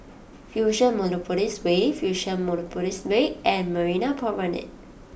Fusionopolis Way Fusionopolis Way and Marina Promenade